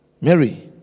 Mary